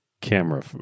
camera